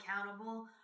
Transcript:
accountable